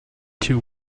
two